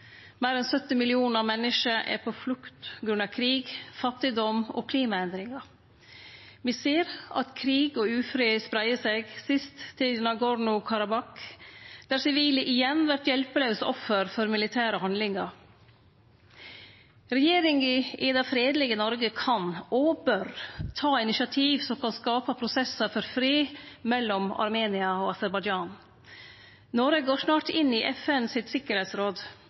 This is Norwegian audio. Meir enn 70 millionar menneske er på flukt på grunn av krig, fattigdom og klimaendringar. Me ser at krig og ufred spreier seg, sist til Nagorno-Karabakh, der sivile igjen vert hjelpelause offer for militære handlingar. Regjeringa i det fredelege Noreg kan – og bør – ta initiativ som kan skape prosessar for fred mellom Armenia og Aserbajdsjan. Noreg går snart inn i